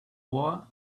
war